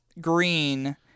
Green